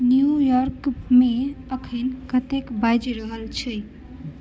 न्यूयॉर्कमे एखनि कतेक बाजि रहल छै